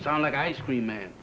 sound like ice cream man